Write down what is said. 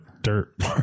dirt